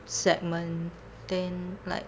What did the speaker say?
segment then like